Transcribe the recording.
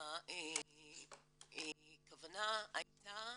והכוונה הייתה